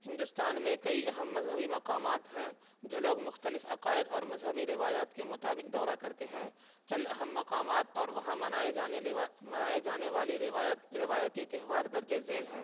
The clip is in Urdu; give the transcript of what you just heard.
ہندوستان میں کئی اہم مذہبی مقامات ہیں جو لوگ مختلف عقائد اور مذہبی روایات کے مطابک دورہ کرتے ہیں چند اہم مقامات اور وہاں منائے جانے لے میائے جانے والی روایت روایتی تہوار درج ذیل ہیں